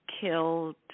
killed